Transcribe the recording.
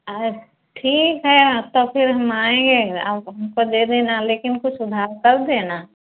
अरे ठीक है तो फिर हम आएंगे आप हमको दे देना लेकिन कुछ उधार कर देना